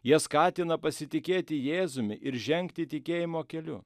jie skatina pasitikėti jėzumi ir žengti tikėjimo keliu